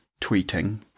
tweeting